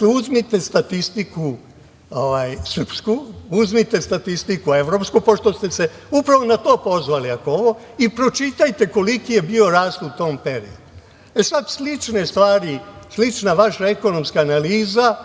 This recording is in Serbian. uzmite statistiku srpsku, uzmite statistiku evropsku, pošto ste se upravo na to pozvali, i pročitajte koliki je bio rast u tom periodu. Sada slična vaša ekonomska analiza,